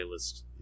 playlist